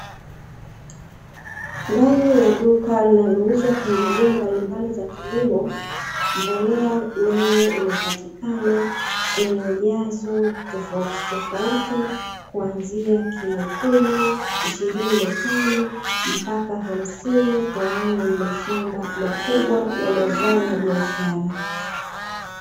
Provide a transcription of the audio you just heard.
Ndani ya duka linalo uza pembejeo mbali mbali za kilimo, mbolea nayo inapatikana kwenye ujazo tofautitofauti, kuanzia kilo kumi, ishirini na tano mpaka hamsini kwa wale wenye mashamba makubwa ya mazao ya biashara.